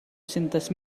centes